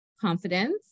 confidence